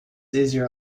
easier